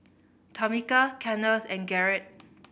Tamica Kennth and Garret